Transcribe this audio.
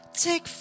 Take